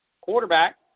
Quarterback